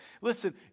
Listen